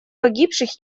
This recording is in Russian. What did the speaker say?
погибших